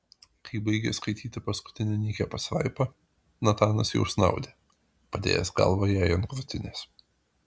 kai baigė skaityti paskutinę nykią pastraipą natanas jau snaudė padėjęs galvą jai ant krūtinės